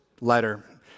letter